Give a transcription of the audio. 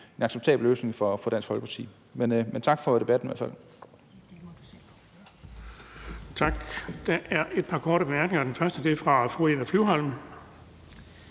acceptabel løsning for Dansk Folkeparti. Men tak for debatten